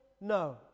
No